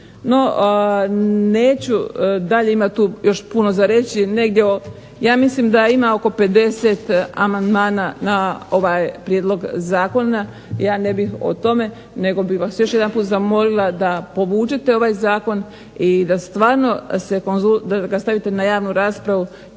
No, neću dalje ima tu još puno za reći. Ja mislim da ima oko 50 amandmana na ovaj prijedlog zakona i ja ne bih o tome. Nego bih vas još jednom zamolila da povučete ovaj zakon i da ga stvarno stavite na javnu raspravu